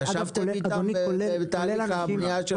ישבתם איתם בתהליך הבנייה של הדוח?